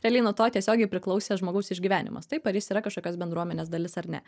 realiai nuo to tiesiogiai priklausė žmogaus išgyvenimas taip ar jis yra kažkokios bendruomenės dalis ar ne